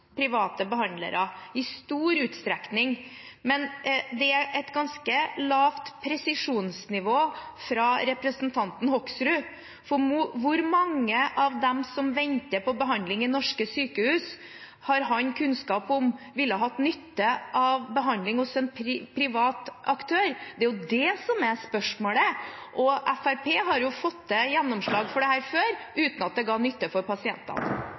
private behandlere i stor utstrekning. Men det er et ganske lavt presisjonsnivå hos representanten Hoksrud, for hvor mange av dem som venter på behandling i norske sykehus, har han kunnskap om ville hatt nytte av behandling hos en privat aktør? Det er jo det som er spørsmålet. Fremskrittspartiet har fått gjennomslag for dette før, uten at det ga nytte for pasientene.